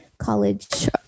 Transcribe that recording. College